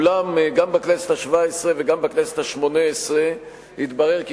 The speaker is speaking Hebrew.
אולם גם בכנסת השבע-עשרה וגם בכנסת השמונה-עשרה התברר כי